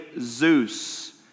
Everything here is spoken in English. Zeus